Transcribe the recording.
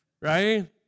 right